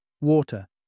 Water